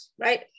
right